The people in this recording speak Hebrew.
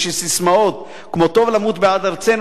ושססמאות כמו 'טוב למות בעד ארצנו',